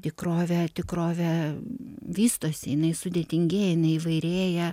tikrovė tikrovė vystosi jinai sudėtingėja jinai įvairėja